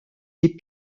des